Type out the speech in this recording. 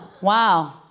Wow